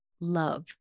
love